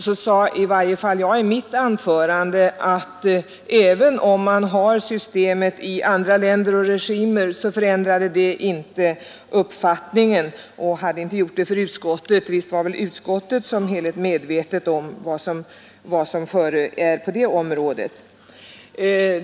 Jag sade i varje fall i mitt anförande att även om man har systemet i andra länder med andra regimer så ändrade det inte uppfattningen i utskottet. Visst var väl utskottet som helhet medvetet om vad som förekommer på det området.